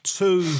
two